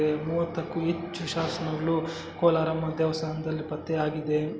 ಮೂವತ್ತಕ್ಕೂ ಹೆಚ್ಚು ಶಾಸನಗಳು ಕೋಲಾರಮ್ಮನ ದೇವಸ್ಥಾನ್ದಲ್ಲಿ ಪತ್ತೆಯಾಗಿದೆ